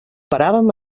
paràvem